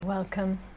Welcome